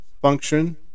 function